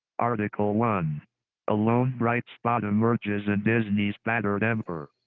article one a lone bright spot emerges and there's nice banner a temper.